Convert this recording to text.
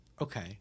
Okay